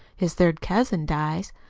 his third cousin, dies.